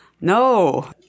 No